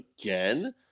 again